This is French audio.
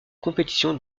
compétition